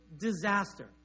disaster